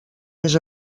més